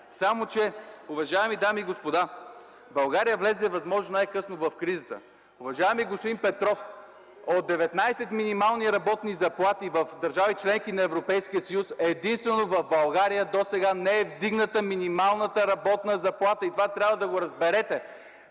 Само че, уважаеми дами и господа, България влезе възможно най-късно в кризата. Уважаеми господин Петров, от 19 минимални работни заплати в държави – членки на Европейския съюз, единствено в България досега не е вдигната минималната работна заплата. И това трябва да го разберете.